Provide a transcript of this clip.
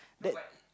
that